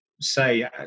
say